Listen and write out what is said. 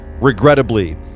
regrettably